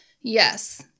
Yes